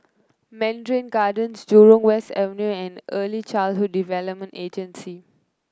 Mandarin Gardens Jurong West Avenue and Early Childhood Development Agency